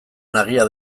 nagia